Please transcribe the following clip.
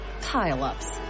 pile-ups